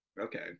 Okay